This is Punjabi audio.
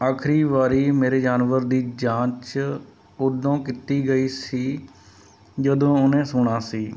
ਆਖਰੀ ਵਾਰੀ ਮੇਰੇ ਜਾਨਵਰ ਦੀ ਜਾਂਚ ਉਦੋਂ ਕੀਤੀ ਗਈ ਸੀ ਜਦੋਂ ਉਹਨੇ ਸੂਣਾ ਸੀ